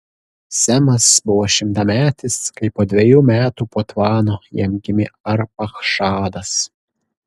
semas buvo šimtametis kai po dvejų metų po tvano jam gimė arpachšadas